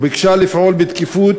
וביקשה לפעול בתקיפות